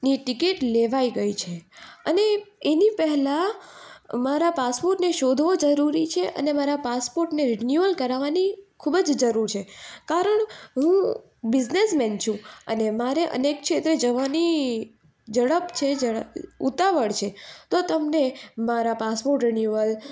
ની ટિકિટ લેવાઈ ગઈ છે અને એની પહેલાં મારા પાસપોર્ટને શોધવો જરૂરી છે અને મારા પાસપોર્ટને રિન્યુઅલ કરાવવાની ખૂબ જ જરૂર છે કારણ હું બિઝનેસમેન છું અને મારે અનેક ક્ષેત્રે જવાની ઝડપ છે ઉતાવળ છે તો તમને મારા પાસપોર્ટ રિન્યુઅલ